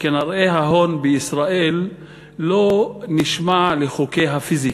שכנראה ההון בישראל לא נשמע לחוקי הפיזיקה,